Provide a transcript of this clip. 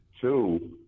Two